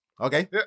Okay